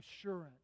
assurance